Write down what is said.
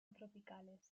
tropicales